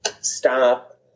stop